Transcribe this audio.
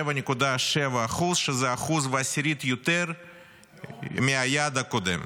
7.7%, שזה 1.1% יותר מהיעד הקודם.